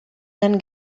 then